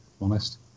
honest